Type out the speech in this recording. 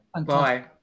Bye